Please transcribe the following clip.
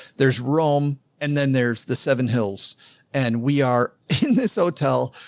there's rome and then there's the seven hills and we are in this hotel,